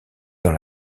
dans